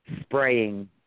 spraying